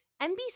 nbc